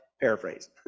paraphrase